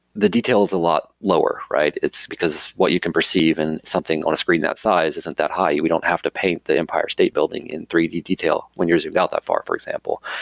the detail is a lot lower, right? it's because what you can perceive and something on a screen that size isn't that high. we don't have to paint the empire state building in three d detail when you're zoomed out that far, for example.